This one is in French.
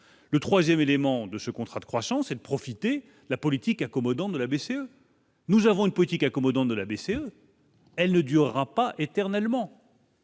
le 3ème élément de ce contrat de croissance et de profiter la politique accommodante de la BCE. Nous avons une politique accommodante de la BCE, elle ne durera pas éternellement.